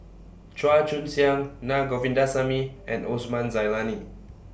Chua Joon Siang Na Govindasamy and Osman Zailani